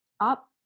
up